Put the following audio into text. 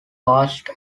passed